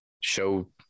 show